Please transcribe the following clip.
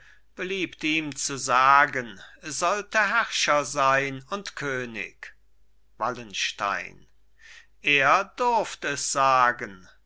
beliebt ihm zu sagen sollte herrscher sein und könig wallenstein er durft es sagen